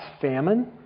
famine